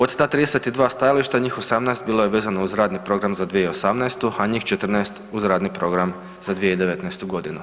Od ta 32 stajališta njih 18 bilo je vezano uz radni program za 2018.-tu, a njih 14 uz radni program za 2019.-tu godinu.